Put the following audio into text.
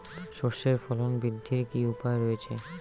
সর্ষের ফলন বৃদ্ধির কি উপায় রয়েছে?